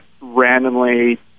randomly